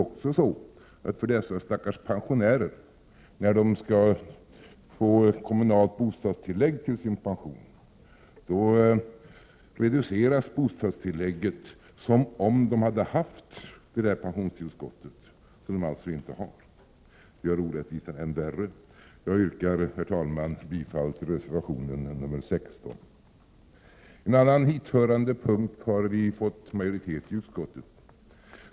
När dessa stackars pensionärer skall få kommunalt bostadstillägg till sin pension reduceras bostadstillägget som om de hade haft det pensionstillskott som de alltså inte har. Det gör orättvisan än värre. Jag yrkar, herr talman, bifall till reservation 16. På en annan hithörande punkt har vi fått majoritet i utskottet.